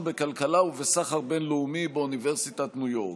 בכלכלה ובסחר בין-לאומי באוניברסיטת ניו יורק.